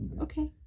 Okay